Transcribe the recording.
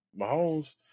Mahomes